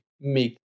make